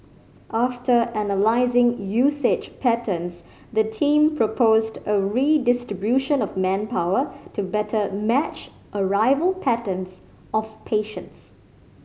after analysing usage patterns the team proposed a redistribution of manpower to better match arrival patterns of patients